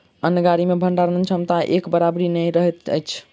अन्न गाड़ी मे भंडारण क्षमता एक बराबरि नै रहैत अछि